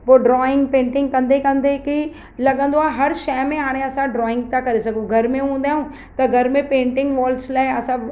पोइ drawing painting कंदे कंदे कीअं लॻंदो आहे हर शइ में हाणे असां ड्रॉइंग त करे सघूं घर में हूंदा त घर में पेंटिंग वॉल्स लाइ असां